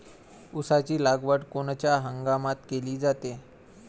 ऊसाची लागवड कोनच्या हंगामात केली जाते?